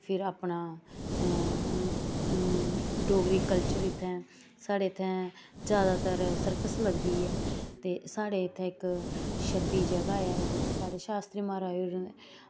फिर अपना डोगरी कल्चर इ'त्थें साढ़े इ'त्थें जादातर सर्कस लगदी ऐ ते साढ़े इ'त्थें इक शब्बी जगह् ऐ जि'त्थें साढ़े शास्त्री म्हाराज होर